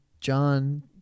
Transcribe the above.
John